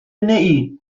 نئی